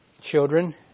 children